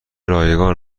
رایگان